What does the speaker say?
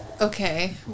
Okay